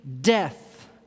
death